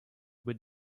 with